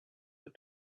were